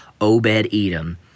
Obed-Edom